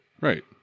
Right